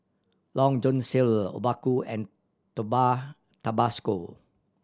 Long John Silver Obaku and Tabasco